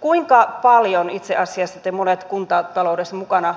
kuinka paljon itse asiassa te monet kuntataloudessa mukana